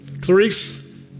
Clarice